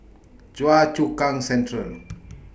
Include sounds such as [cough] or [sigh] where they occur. Choa Chu Kang Central [noise]